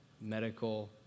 medical